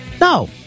No